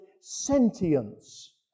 sentience